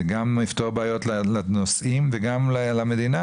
זה גם יפתור בעיות לנוסעים וגם למדינה,